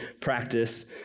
practice